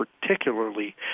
particularly